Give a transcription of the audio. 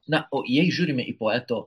na o jei žiūrime į poeto